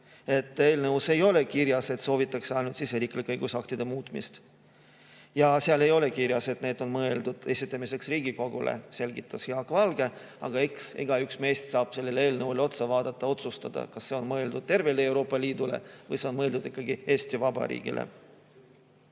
Eelnõus ei ole kirjas, et soovitakse ainult riigisiseste õigusaktide muutmist, ja seal ei ole kirjas, et need on mõeldud esitamiseks Riigikogule, selgitas Jaak Valge. Aga eks igaüks meist saab sellele eelnõule otsa vaadata ja otsustada, kas see on mõeldud tervele Euroopa Liidule või see on mõeldud ikkagi Eesti Vabariigile.